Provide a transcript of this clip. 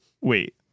wait